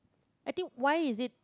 I think why is it